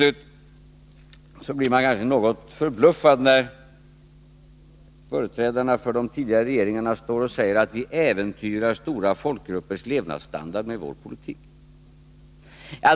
Man blir något förbluffad när företrädarna för de tidigare regeringarna säger att vi med vår politik äventyrar stora folkgruppers levnadsstandard.